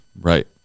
Right